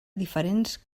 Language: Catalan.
diferents